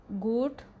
good